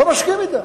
לא מסכים אתם.